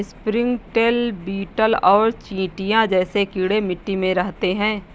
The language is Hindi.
स्प्रिंगटेल, बीटल और चींटियां जैसे कीड़े मिट्टी में रहते हैं